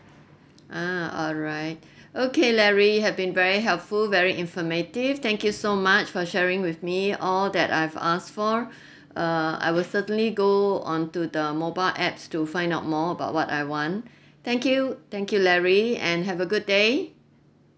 ah alright okay larry you have been very helpful very informative thank you so much for sharing with me all that I've asked for err I will certainly go onto the mobile apps to find out more about what I want thank you thank you larry and have a good day